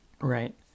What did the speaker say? right